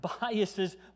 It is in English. biases